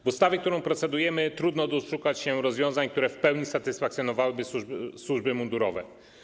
W ustawie, nad którą procedujemy, trudno doszukać się rozwiązań, które w pełni satysfakcjonowałyby służby mundurowe.